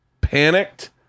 panicked